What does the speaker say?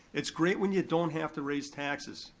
it's great when you don't have to raise taxes.